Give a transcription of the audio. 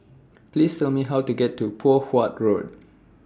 Please Tell Me How to get to Poh Huat Road